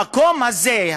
המקום הזה,